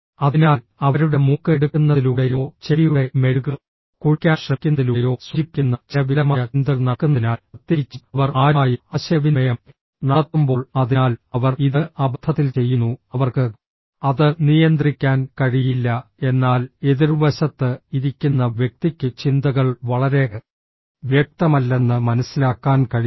അതിനാൽ അവരുടെ മൂക്ക് എടുക്കുന്നതിലൂടെയോ ചെവിയുടെ മെഴുക് കുഴിക്കാൻ ശ്രമിക്കുന്നതിലൂടെയോ സൂചിപ്പിക്കുന്ന ചില വികലമായ ചിന്തകൾ നടക്കുന്നതിനാൽ പ്രത്യേകിച്ചും അവർ ആരുമായും ആശയവിനിമയം നടത്തുമ്പോൾ അതിനാൽ അവർ ഇത് അബദ്ധത്തിൽ ചെയ്യുന്നു അവർക്ക് അത് നിയന്ത്രിക്കാൻ കഴിയില്ല എന്നാൽ എതിർവശത്ത് ഇരിക്കുന്ന വ്യക്തിക്ക് ചിന്തകൾ വളരെ വ്യക്തമല്ലെന്ന് മനസ്സിലാക്കാൻ കഴിയും